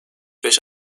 beş